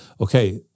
Okay